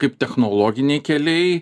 kaip technologiniai keliai